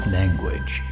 language